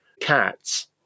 cats